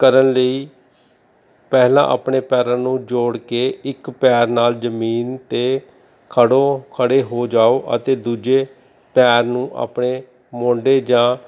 ਕਰਨ ਲਈ ਪਹਿਲਾਂ ਆਪਣੇ ਪੈਰਾਂ ਨੂੰ ਜੋੜ ਕੇ ਇੱਕ ਪੈਰ ਨਾਲ ਜ਼ਮੀਨ 'ਤੇ ਖੜ੍ਹੋ ਖੜ੍ਹੇ ਹੋ ਜਾਓ ਅਤੇ ਦੂਜੇ ਪੈਰ ਨੂੰ ਆਪਣੇ ਮੋਢੇ ਜਾਂ